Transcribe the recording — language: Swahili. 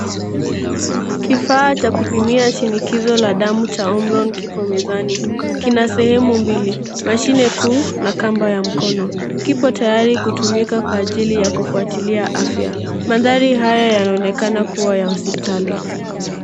Kifaa cha kupimia shinikizo la damu cha omron kipo mezani. Kina sehemu mbili, mashine kuu na kamba ya mkono. Kiko tayari kutumika kwa ajili ya kufuatilia afya. Mandhari haya yanaonekana kuwa ya hospitali.